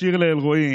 השיר לאלרואי